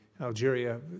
Algeria